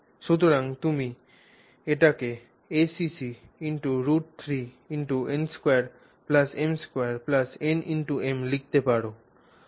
সুতরাং তুমি এটিকে acc √3×n2m2nm লিখতে পার